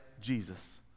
Jesus